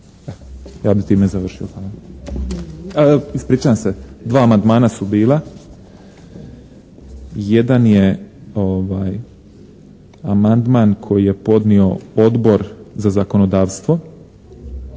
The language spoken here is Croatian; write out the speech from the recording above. Hvala lijepa. Ispričavam se, dva amandmana su bila. Jedan je amandman koji je podnio Odbor za zakonodavstvo